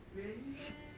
really meh